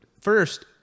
first